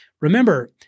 Remember